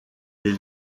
des